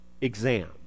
exam